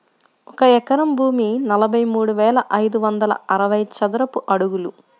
ఒక ఎకరం భూమి నలభై మూడు వేల ఐదు వందల అరవై చదరపు అడుగులు